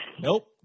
Nope